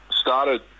started